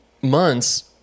months